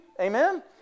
Amen